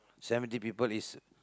seventy people is